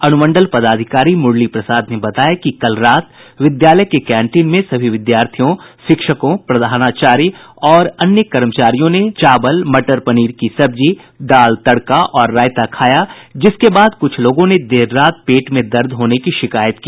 अनुमंडल पदाधिकारी मुरली प्रसाद ने बताया कि कल रात विद्यालय के कैंटीन में सभी विद्यार्थियों शिक्षकों प्रधानाचार्य और अन्य कर्मचारियों ने चावल मटर पनीर की सब्जी दाल तड़का और रायता खाया जिसके बाद कुछ लोगों ने देर रात पेट में दर्द होने की शिकायत की